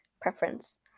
preference